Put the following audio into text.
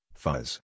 fuzz